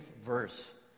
verse